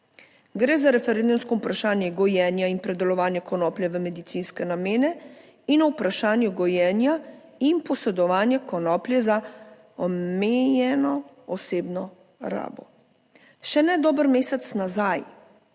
Gre za referendumsko vprašanje gojenja in predelovanja konoplje v medicinske namene in o vprašanju gojenja in posedovanja konoplje za omejeno osebno rabo. Še ne dober mesec nazaj